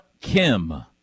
Kim